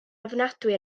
ofnadwy